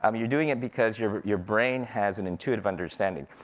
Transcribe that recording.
um you're doing it because your your brain has an intuitive understanding.